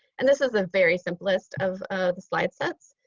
and this is the very simplest of the slide sets.